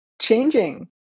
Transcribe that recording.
changing